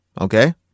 Okay